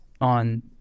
on